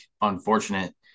unfortunate